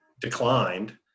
declined